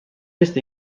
vist